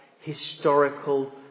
historical